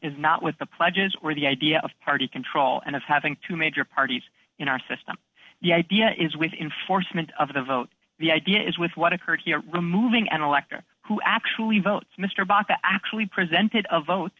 is not with the pledges or the idea of party control and of having two major parties in our system yeah idea is with enforcement of the vote the idea is with what occurred here removing an elector who actually votes mr baka actually presented a vote